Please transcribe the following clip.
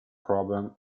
problem